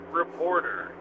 reporter